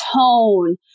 tone